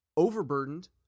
overburdened